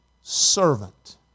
servant